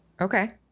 Okay